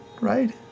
right